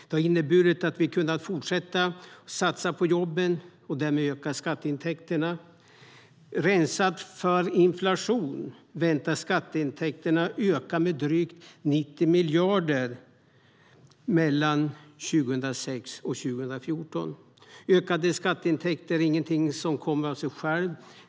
Det har inneburit att vi kunnat fortsätta satsa på jobben och därmed öka skatteintäkterna. Rensat för inflation väntas skatteintäkterna öka med drygt 90 miljarder 2006-2014. Ökade skatteintäkter är ingenting som kommer av sig själv.